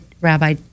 Rabbi